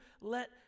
let